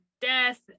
death